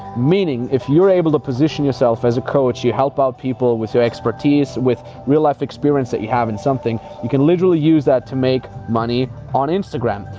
meaning if you're able to position yourself as a coach, you help out people with your expertise, with real life experience that you have in something, you can literally use that to make money on instagram.